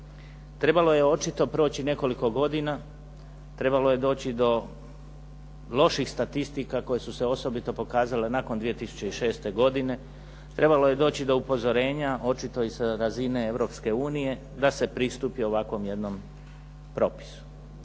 Trebalo je očito proći nekoliko godina, trebalo je doći do loših statistika koje su se osobito pokazale nakon 2006. godine, trebalo je doći do upozorenja očito i sa razine Europske unije, da se pristupi ovako jednom propisu.